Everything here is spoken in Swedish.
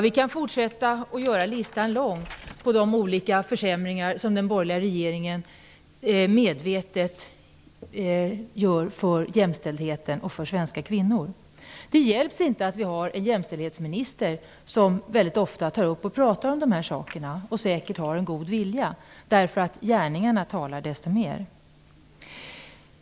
Vi kan fortsätta och göra listan lång på de olika försämringar som den borgerliga regeringen medvetet gör för jämställdheten och för svenska kvinnor. Det hjälper inte att vi har en jämställdhetsminister som väldigt ofta tar upp och talar om dessa saker och säkert har en god vilja. Gärningarna talar desto mer.